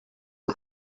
del